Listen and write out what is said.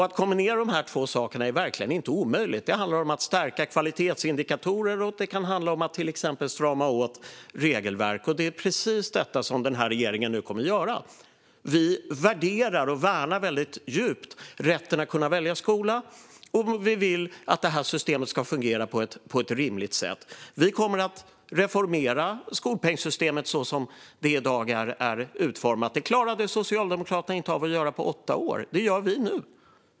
Att kombinera dessa två sidor är verkligen inte omöjligt. Det handlar om att stärka kvalitetsindikatorer och strama åt regelverk, och det är precis det regeringen kommer att göra. Vi värderar och värnar starkt rätten att kunna välja skola, och vi vill att skolsystemet ska fungera på ett rimligt sätt. Vi kommer att reformera skolpengssystemet så som det i dag är utformat. Det klarade Socialdemokraterna inte av att göra på åtta år. Det kommer vi att göra nu.